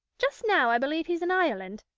just now i believe he's in ireland.